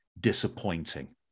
disappointing